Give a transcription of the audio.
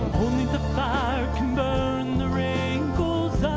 only the fire can burn the wrinkles